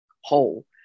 whole